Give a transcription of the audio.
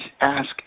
ask